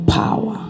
power